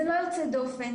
זה לא יוצא דופן,